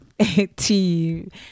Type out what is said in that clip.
team